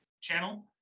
channel